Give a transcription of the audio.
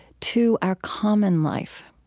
to our common life?